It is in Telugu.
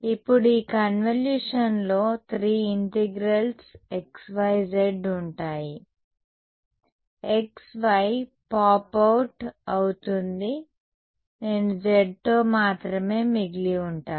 ఇప్పుడు ఈ కన్వల్యూషన్లో 3 ఇంటిగ్రల్స్ xyz ఉంటాయి x y పాప్ అవుట్ అవుతుంది నేను z తో మాత్రమే మిగిలి ఉంటాను